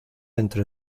entre